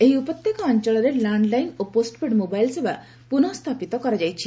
ଏହି ଉପତ୍ୟକା ଅଞ୍ଚଳରେ ଲ୍ୟାଣ୍ଡ୍ଲାଇନ୍ ଓ ପୋଷ୍ଟପେଡ୍ ମୋବାଇଲ୍ ସେବା ପୁନଃ ସ୍ଥାପିତ କରାଯାଇଛି